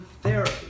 therapy